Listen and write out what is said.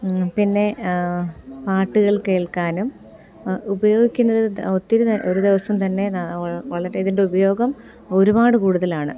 പിന്നെ പാട്ടുകൾ കേൾക്കാനും ഉപയോഗിക്കുന്നത് ഒത്തിരി ഒരു ദിവസം തന്നെ വളരെ ഇതിൻ്റെ ഉപയോഗം ഒരുപാട് കൂടുതലാണ്